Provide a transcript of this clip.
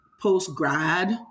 post-grad